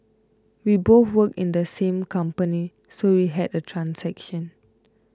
we both work in the same company so we had a transaction